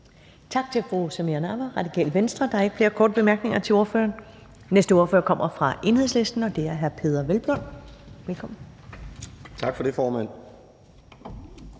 Tak til fru Samira Nawa, Radikale Venstre. Der er ikke flere korte bemærkninger til ordføreren. Den næste ordfører kommer fra Enhedslisten, og det er hr. Peder Hvelplund. Velkommen. Kl. 11:50 (Ordfører)